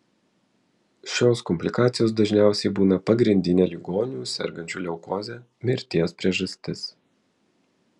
šios komplikacijos dažniausiai būna pagrindinė ligonių sergančių leukoze mirties priežastis